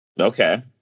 Okay